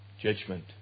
Judgment